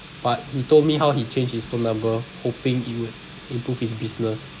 but he told me how he changed his phone number hoping it would improve his business